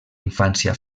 infància